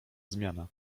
zmiana